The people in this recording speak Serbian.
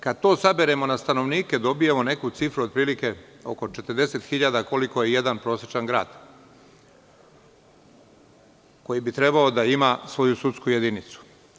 Kad to saberemo na stanovnike dobijamo neku cifru otprilike oko 40.000, koliko je jedan prosečan grad koji bi trebao da ima svoju sudsku jedinicu.